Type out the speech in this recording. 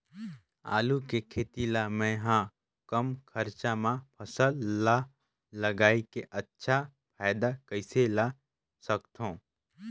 आलू के खेती ला मै ह कम खरचा मा फसल ला लगई के अच्छा फायदा कइसे ला सकथव?